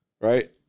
Right